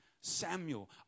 Samuel